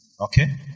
Okay